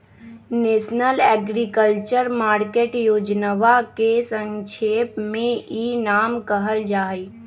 national agriculture market योजनवा के संक्षेप में ई नाम कहल जाहई